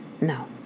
No